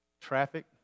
Traffic